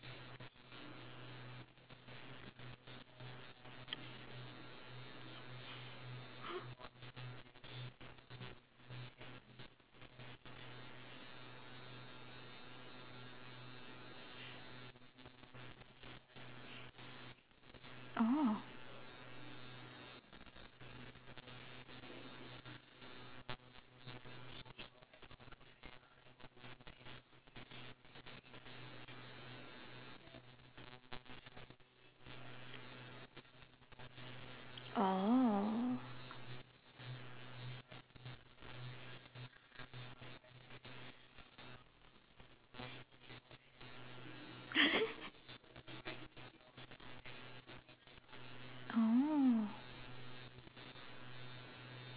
mm oh oh